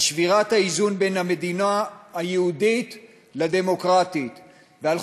על שבירת האיזון בין המדינה היהודית לדמוקרטית ועל